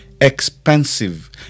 expensive